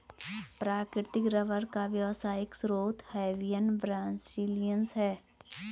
प्राकृतिक रबर का व्यावसायिक स्रोत हेविया ब्रासिलिएन्सिस है